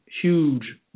huge